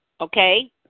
okay